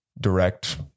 direct